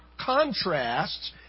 contrasts